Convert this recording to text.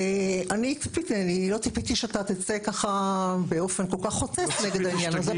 לא ציפיתי שאתה תצא באופן כל כך חוצץ נגד העניין הזה אבל